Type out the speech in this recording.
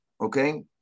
okay